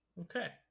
Okay